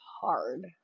hard